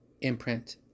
imprint